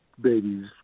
babies